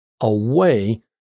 away